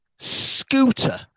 Scooter